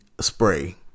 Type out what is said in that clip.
spray